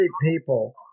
people